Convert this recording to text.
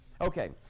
Okay